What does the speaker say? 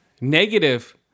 Negative